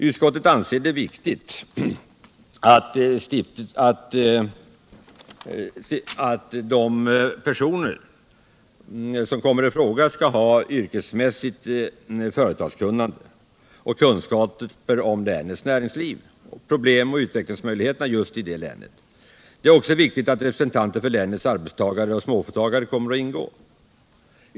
Utskottet anser det viktigt att de personer som kommer i fråga skall ha yrkesmässigt företagskunnande och kunskaper om länets näringsliv, problem och utvecklingsmöjligheter. Det är också viktigt att representanter för länets arbetstagare och småföretagare kommer att ingå.